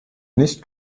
nicht